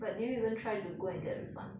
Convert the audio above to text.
but did you even try to go and get a refund